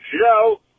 show